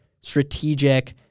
strategic